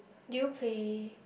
do you play